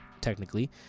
technically